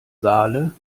saale